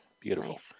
Beautiful